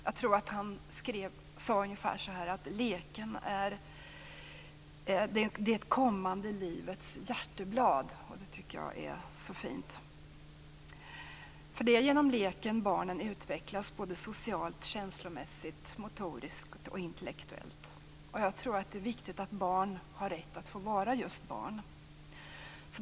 Jag tror att han sade ungefär så här: Leken är det kommande livets hjärteblad. Det tycker jag är så fint. För det är genom leken som barnen utvecklas - socialt, känslomässigt, motoriskt och intellektuellt. Och jag tror att det är viktigt att barn har rätt att få vara just barn.